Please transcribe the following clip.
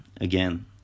again